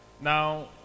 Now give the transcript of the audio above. now